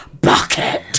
Bucket